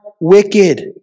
wicked